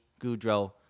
Goudreau